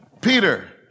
Peter